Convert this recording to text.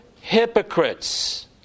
hypocrites